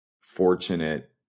fortunate